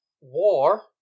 war